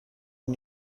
این